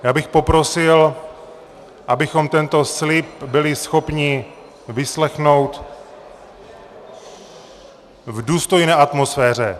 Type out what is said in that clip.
Já bych poprosil, abychom tento slib byli schopni vyslechnout v důstojné atmosféře.